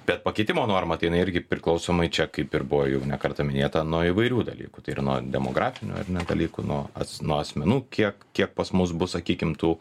bet pakeitimo norma tai jinai irgi priklausomai čia kaip ir buvo jau ne kartą minėta nuo įvairių dalykų tai yra nuo demografinių ar dalykų nuo atsino asmenų kiek kiek pas mus bus sakykim tų